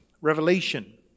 Revelation